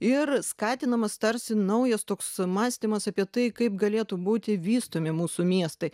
ir skatinamas tarsi naujas toks mąstymas apie tai kaip galėtų būti vystomi mūsų miestai